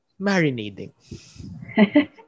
marinating